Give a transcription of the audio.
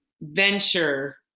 venture